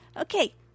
Okay